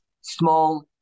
small